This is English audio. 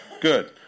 Good